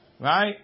Right